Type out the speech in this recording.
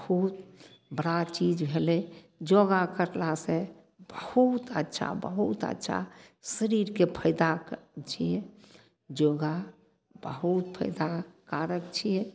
बहुत बड़ा चीज भेलय योगा करलासँ बहुत अच्छा बहुत अच्छा शरीरके फायदा छियै योगा बहुत फायदाकारक छियै